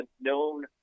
known